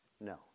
No